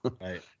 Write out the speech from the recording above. Right